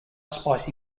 spicy